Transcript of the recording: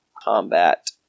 combat